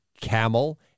camel